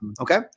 Okay